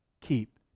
keep